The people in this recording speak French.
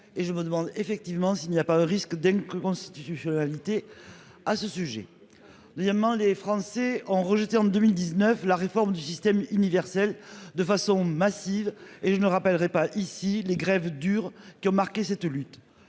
et je me demande effectivement s'il n'y a pas un risque d'inclus, constitutionnalité. À ce sujet il main. Les Français ont rejeté en 2019 la réforme du système universel de façon massive et je ne rappellerai pas ici les grèves dures qui ont marqué cette lutte.